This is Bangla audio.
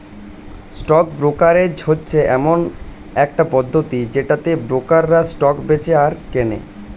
স্টক ব্রোকারেজ হচ্ছে এমন একটা পদ্ধতি যেটাতে ব্রোকাররা স্টক বেঁচে আর কেনে